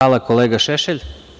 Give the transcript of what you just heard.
Hvala, kolega Šešelj.